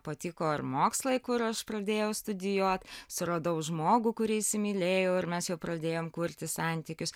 patiko ir mokslai kur aš pradėjau studijuoti suradau žmogų kurį įsimylėjau ir mes jau pradėjom kurti santykius